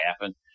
happen